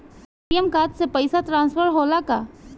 ATM card से पैसा transfer होला का?